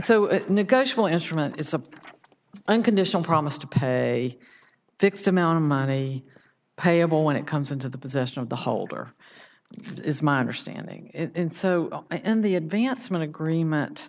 instrument it's a unconditional promise to pay fixed amount of money payable when it comes into the possession of the holder is my understanding and so i and the advancement agreement